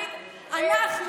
אנחנו,